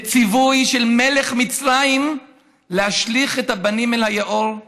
לציווי של מלך מצרים להשליך את הבנים אל היאור.